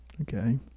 okay